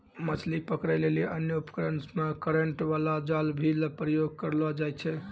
मछली पकड़ै लेली अन्य उपकरण मे करेन्ट बाला जाल भी प्रयोग करलो जाय छै